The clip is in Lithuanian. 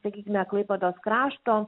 sakykime klaipėdos krašto